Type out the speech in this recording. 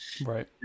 Right